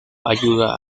ayuda